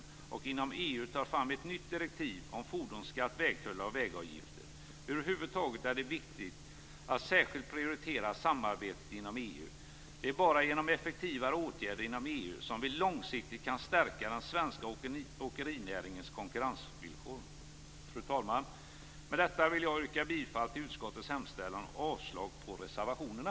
Det bör också inom EU tas fram ett nytt direktiv om fordonsskatt, vägtullar och vägavgifter. Över huvud taget är det viktigt att särskilt prioritera samarbetet inom EU. Det är bara genom effektivare åtgärder inom EU som vi långsiktigt kan stärka den svenska åkerinäringens konkurrensvillkor. Fru talman! Med detta vill jag yrka bifall till utskottets hemställan och avslag på reservationerna.